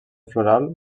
floral